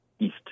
east